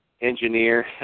Engineer